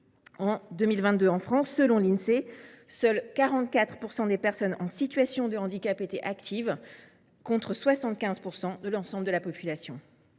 En 2022, en France, selon l’Insee, seules 44 % des personnes en situation de handicap étaient actives, contre 75 % de l’ensemble de la population.